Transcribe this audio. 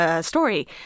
story